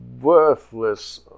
worthless